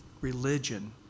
religion